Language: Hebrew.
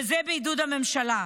וזה בעידוד הממשלה.